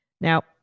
Now